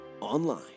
online